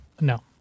No